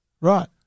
Right